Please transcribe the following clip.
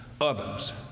others